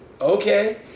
okay